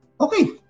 okay